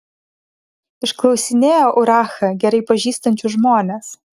išklausinėjo urachą gerai pažįstančius žmones